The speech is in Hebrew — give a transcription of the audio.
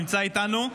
נמצא איתנו.